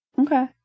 Okay